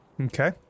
Okay